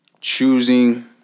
Choosing